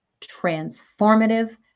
transformative